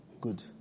Good